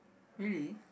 really